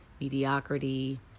mediocrity